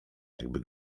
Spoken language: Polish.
jakby